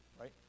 right